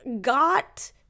got